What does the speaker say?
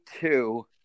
two